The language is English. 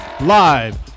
live